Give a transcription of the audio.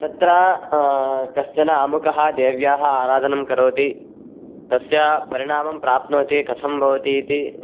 तत्र कश्चन अमुखी देव्याः आराधनं करोति तस्य परिणामं प्राप्नोति कथं भवति इति